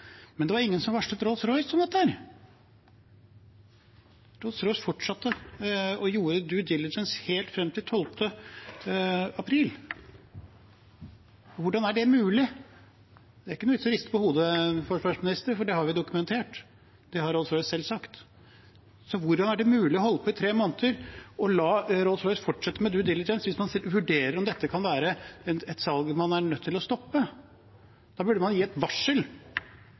men ingen varslet Rolls-Royce om dette. Rolls-Royce fortsatte og gjorde «Due Diligence» helt frem til 12. april. Hvordan er det mulig? Det er ikke noen vits i å riste på hodet, forsvarsminister, for det har vi dokumentert, og det har Rolls-Royce selv sagt. Hvordan er det mulig å holde på i tre måneder og la Rolls-Royce fortsette med «Due Diligence» hvis man sitter og vurderer om dette kan være et salg man er nødt til å stoppe? Da burde man gi et varsel,